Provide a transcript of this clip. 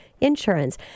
Insurance